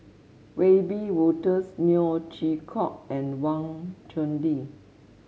Wiebe Wolters Neo Chwee Kok and Wang Chunde